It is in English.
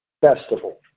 festival